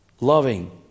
loving